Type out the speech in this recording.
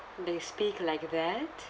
they speak like that